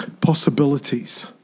possibilities